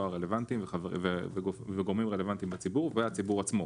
הרלוונטיים וגורמים רלוונטיים בציבור והציבור עצמו.